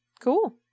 cool